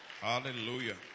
Hallelujah